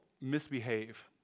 misbehave